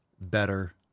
better